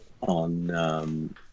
on